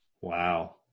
wow